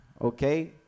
okay